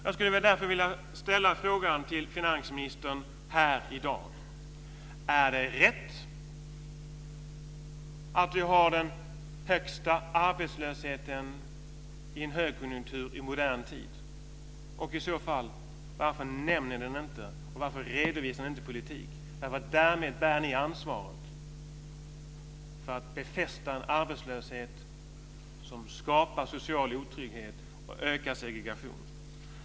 Jag skulle därför till finansministern här i dag vilja ställa frågan: Är det rätt att vi har den högsta arbetslösheten i en högkonjunktur i modern tid, och varför nämner ni den inte och varför redovisar ni inte er politik? Därmed bär ni ansvaret för att befästa en arbetslöshet som skapar social otrygghet och ökar segregationen.